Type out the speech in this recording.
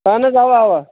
اہن حظ اوا اوا